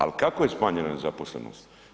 Al kako je smanjena nezaposlenost?